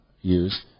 use